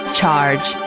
charge